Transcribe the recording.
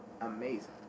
amazing